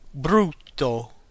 Brutto